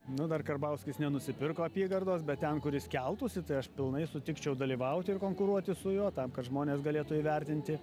nu dar karbauskis nenusipirko apygardos bet ten kur jis keltųsi tai aš pilnai sutikčiau dalyvauti ir konkuruoti su juo tam kad žmonės galėtų įvertinti